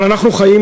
אבל אנחנו חיים,